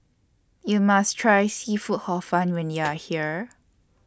YOU must Try Seafood Hor Fun when YOU Are here